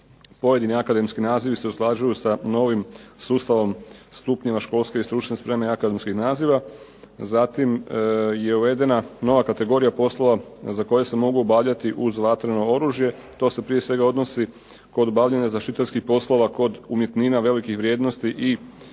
pojedini akademski nazivi se usklađuju sa novim sustavom stupnjeva školske i stručne spreme akademskih naziva. Zatim je uvedena nova kategorija poslova za koje se mogu obavljati uz vatreno oružje. To se prije svega odnosi kod obavljanja zaštitarskih poslova kod umjetnina velikih vrijednosti i